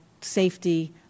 safety